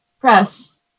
press